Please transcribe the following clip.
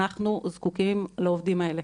אנחנו זקוקים לעובדים האלה.